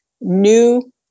new